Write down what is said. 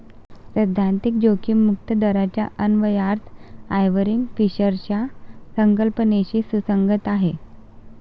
सैद्धांतिक जोखीम मुक्त दराचा अन्वयार्थ आयर्विंग फिशरच्या संकल्पनेशी सुसंगत आहे